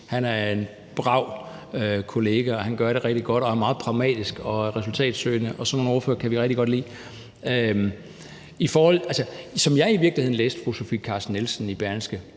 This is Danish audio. Han er en brav kollega, gør det rigtig godt og er meget pragmatisk og resultatsøgende, og sådan nogle ordførere kan vi rigtig godt lide. Som jeg læste fru Sofie Carsten Nielsen i Berlingske,